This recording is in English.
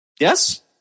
yes